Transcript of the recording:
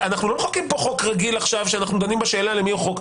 אנחנו לא מחוקקים פה חוק רגיל עכשיו שאנחנו דנים בשאלה למי החוק.